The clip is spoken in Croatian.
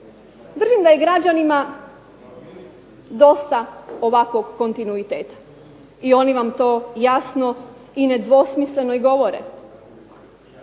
Držim da je građanima dosta ovakvog kontinuiteta i oni vam to jasno i nedvosmisleno i govore.